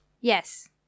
Yes